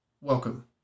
Welcome